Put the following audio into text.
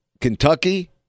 Kentucky